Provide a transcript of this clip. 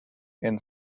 and